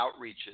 outreaches